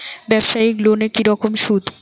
ব্যবসায়িক লোনে কি রকম সুদ?